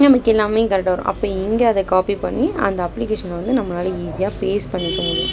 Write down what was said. நமக்கு எல்லாம் கரெக்டாக வரும் அப்போ இங்கே அதை காப்பி பண்ணி அந்த அப்ளிகேஷனை வந்து நம்மளால் ஈஸியாக பேஸ்ட் பண்ணிக்க முடியும்